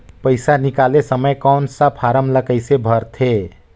पइसा निकाले समय कौन सा फारम ला कइसे भरते?